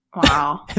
Wow